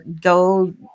go